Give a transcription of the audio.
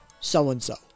so-and-so